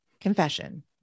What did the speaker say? Confession